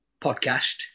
podcast